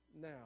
now